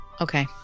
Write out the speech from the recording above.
okay